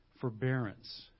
forbearance